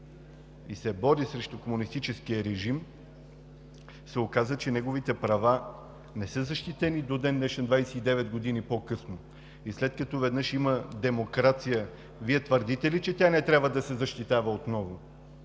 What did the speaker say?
и се бори срещу комунистическия режим, се оказа, че неговите права не са защитени до ден днешен – 29 години по-късно, и след като веднъж има демокрация, Вие твърдите ли, че тя не трябва да се защитава отново?